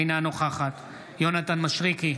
אינה נוכחת יונתן מישרקי,